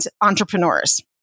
entrepreneurs